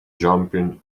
jumping